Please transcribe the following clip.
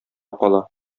кала